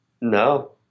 No